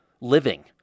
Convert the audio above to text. living